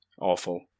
Awful